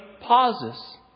pauses